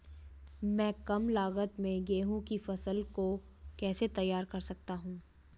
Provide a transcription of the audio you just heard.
मैं कम लागत में गेहूँ की फसल को कैसे तैयार कर सकता हूँ?